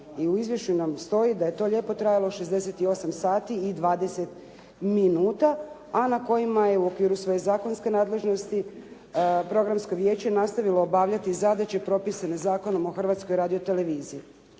i u izvješću nam stoji da je to lijepo trajalo 68 sati i 20 minuta, a na kojima je u okviru svoje zakonske nadležnosti Programsko vijeće nastavilo obavljati zadaće propisane zakonom o Hrvatskoj radioteleviziji.